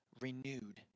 renewed